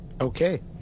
Okay